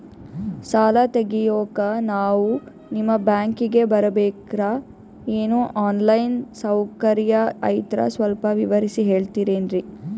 ಸಾಲ ತೆಗಿಯೋಕಾ ನಾವು ನಿಮ್ಮ ಬ್ಯಾಂಕಿಗೆ ಬರಬೇಕ್ರ ಏನು ಆನ್ ಲೈನ್ ಸೌಕರ್ಯ ಐತ್ರ ಸ್ವಲ್ಪ ವಿವರಿಸಿ ಹೇಳ್ತಿರೆನ್ರಿ?